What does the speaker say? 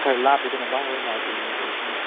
ꯈꯔ ꯂꯥꯞꯄꯤꯗꯅ ꯚꯥꯏ ꯍꯣꯏ ꯂꯥꯛꯇꯣꯔꯤꯗꯣ ꯁꯨꯝ